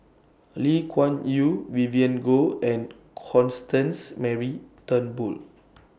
Lee Kuan Yew Vivien Goh and Constance Mary Turnbull